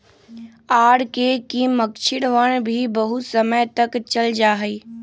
R K की मक्षिणवन भी बहुत समय तक चल जाहई